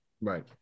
Right